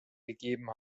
gegeben